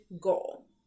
goal